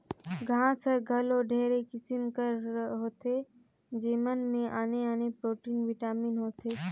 घांस हर घलो ढेरे किसिम कर होथे जेमन में आने आने प्रोटीन, बिटामिन होथे